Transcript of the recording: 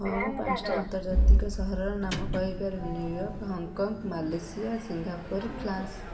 ହଁ ମୁଁ ପାଞ୍ଚଟା ଆନ୍ତର୍ଜାତିକ ସହରର ନାମ କହିପାରିବି New York Hong Kong Malaysia Singapore France